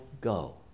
go